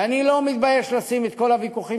ואני לא מתבייש לשים את כל הוויכוחים